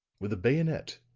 with a bayonet.